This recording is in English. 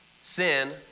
Sin